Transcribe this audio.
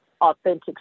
authentic